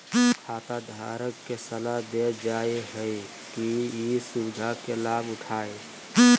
खाताधारक के सलाह देल जा हइ कि ई सुविधा के लाभ उठाय